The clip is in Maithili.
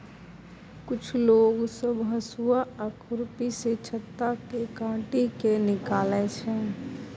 कुछ लोग सब हसुआ आ खुरपी सँ छत्ता केँ काटि केँ निकालै छै